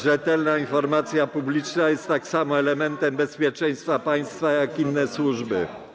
Rzetelna informacja publiczna jest tak samo elementem bezpieczeństwa państwa jak inne służby.